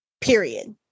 Period